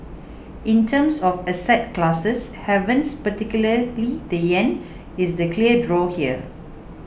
in terms of asset classes havens particularly the yen is the clear draw here